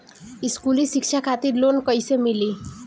स्कूली शिक्षा खातिर लोन कैसे मिली?